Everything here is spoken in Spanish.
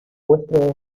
vuestro